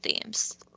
themes